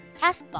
Castbox